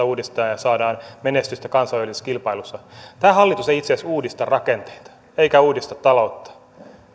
taloutta uudistetaan ja saadaan menestystä kansainvälisessä kilpailussa tämä hallitus ei itse asiassa uudista rakenteita eikä uudista taloutta